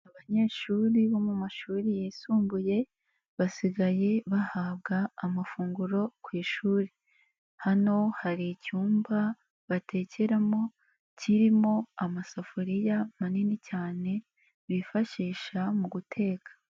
Abanyeshuri bo mashuri yisumbuye basigaye bahabwa amafunguro ku ishuri, hano hari icyumba batekeramo kirimo amasafuriya manini cyane bifashisha mu guteka.